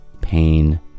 pain